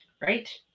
Right